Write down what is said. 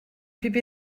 pippi